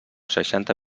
seixanta